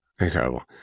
Incredible